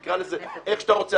תקרא לזה איך שאתה רוצה,